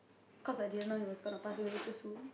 cause I didn't know he was gonna pass away so soon